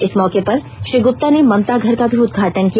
इस मौके पर श्री गुप्ता ने ममता घर का भी उदघाटन किया